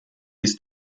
ist